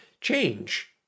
change